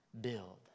build